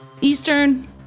Eastern